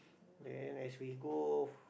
then as we go